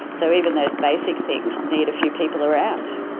so even those basic things need a few people around.